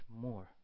more